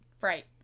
Right